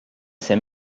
sait